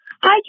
Hi